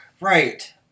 Right